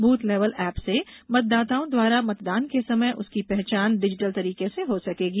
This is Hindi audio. बूथ लेवल एप से मतदाताओं द्वारा मतदान के समय उसकी पहचान डिजिटल तरीके से हो सकेगी